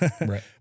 Right